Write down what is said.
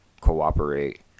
cooperate